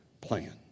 plan